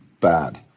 bad